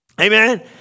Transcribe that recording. Amen